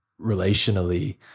relationally